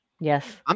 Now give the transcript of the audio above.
Yes